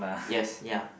yes ya